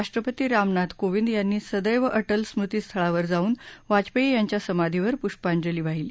राष्ट्रपती रामनाथ कोविंद यांनी सदैव अटल स्मृतीस्थळावर जाऊन वाजपेयी यांच्या समाधीवर पुष्पाजंली वाहिली